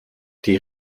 die